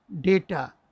data